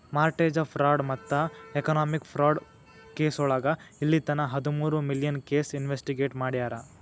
mortgage fraud ಮತ್ತ economic fraud ಕೆಸೋಳಗ ಇಲ್ಲಿತನ ಹದಮೂರು ಮಿಲಿಯನ್ ಕೇಸ್ ಇನ್ವೆಸ್ಟಿಗೇಟ್ ಮಾಡ್ಯಾರ